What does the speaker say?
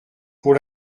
pour